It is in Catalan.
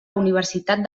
universitat